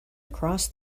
across